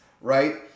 right